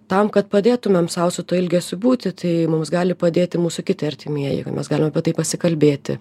tam kad padėtumėm sau su tuo ilgesiu būti tai mums gali padėti mūsų kiti artimieji ką mes galim apie tai pasikalbėti